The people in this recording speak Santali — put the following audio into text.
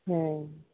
ᱦᱮᱸ